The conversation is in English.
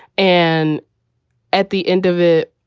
and at the end of it,